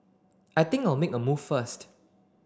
I think I'll make a move first